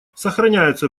сохраняются